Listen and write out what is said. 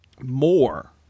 more